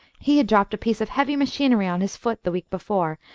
he had dropped a piece of heavy machinery on his foot, the week before,